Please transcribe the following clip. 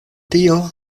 tio